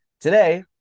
today